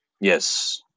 Yes